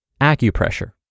acupressure